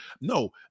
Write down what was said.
No